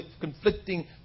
conflicting